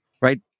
Right